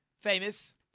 Famous